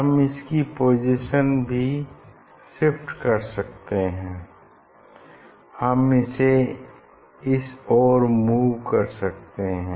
हम इसकी पोजीशन भी शिफ्ट कर सकते हैं हम इसे इस ओर मूव कर सकते हैं